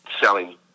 selling